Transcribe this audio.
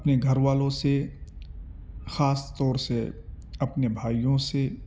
اپنے گھر والوں سے خاص طور سے اپنے بھائیوں سے